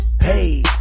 hey